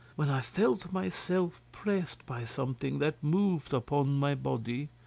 when i felt myself pressed by something that moved upon my body.